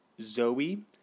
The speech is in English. Zoe